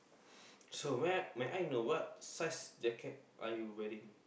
so may may I know what size jacket jacket are you wearing